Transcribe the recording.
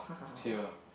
ya